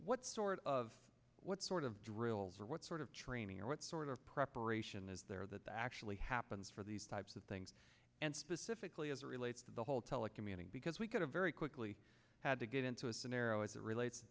what sort of what sort of drills or what sort of training or what sort of preparation is there that that actually happens for these types of things and specifically as relates to the whole telecommuting because we could have very quickly had to get into a scenario as it relates t